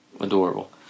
Adorable